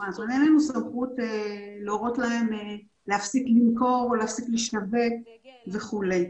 אין לנו סמכות להורות להם להפסיק למכור או להפסיק לשווק וכולי.